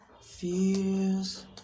fears